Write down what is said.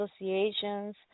associations